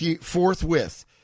forthwith